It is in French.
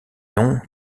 non